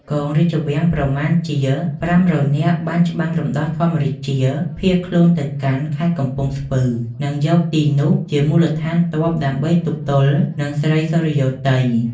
កងរាជវាំងប្រមាណជា ៥០០នាក់ បានច្បាំងរំដោះធម្មរាជា ភៀសខ្លួនទៅកាន់ ខេត្តកំពង់ស្ពឺ និងយកទីនោះជាមូលដ្ឋានទ័ពដើម្បីទប់ទល់និង ស្រីសុរិយោទ័យ ។